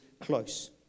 close